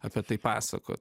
apie tai pasakot